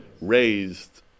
raised